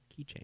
Keychain